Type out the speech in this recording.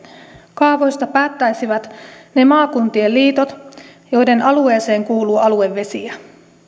kaavoista päättäisivät ne maakuntien liitot joiden alueeseen kuuluu aluevesiä